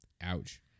Ouch